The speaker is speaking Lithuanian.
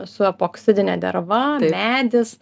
su epoksidine derva medis